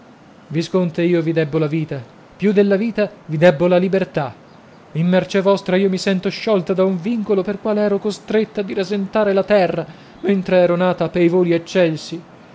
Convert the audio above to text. visconte io vi debbo la vita più della vita vi debbo la libertà la mercé vostra io mi sento sciolta da un vincolo pel quale ero costretta di rasentare la terra mentre ero nata pei voli eccelsi